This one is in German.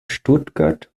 stuttgart